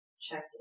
checked